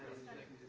senate